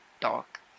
talk